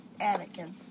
Anakin